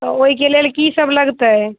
तऽ ओहिके लेल की सब लगतै